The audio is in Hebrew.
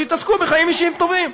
שיתעסקו בחיים אישיים טובים.